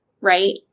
right